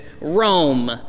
Rome